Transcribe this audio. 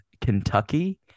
Kentucky